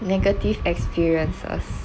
negative experiences